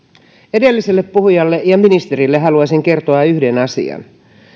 edelliselle puhujalle ja ministerille haluaisin kertoa yhden asian